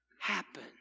happen